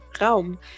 Raum